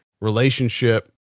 relationship